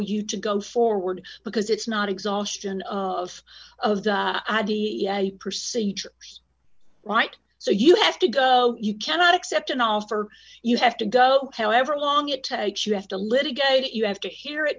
you to go forward because it's not exhaustion of the procedures right so you have to go you cannot accept an offer you have to go however long it takes you have to litigate you have to hear it